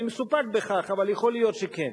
אני מסופק בכך, אבל יכול להיות שכן.